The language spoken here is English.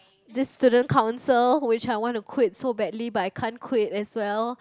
this student council which I want to quit so badly but I can't quit as well